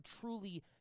truly